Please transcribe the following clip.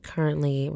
Currently